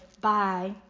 Bye